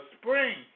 spring